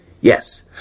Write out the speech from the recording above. Yes